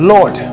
Lord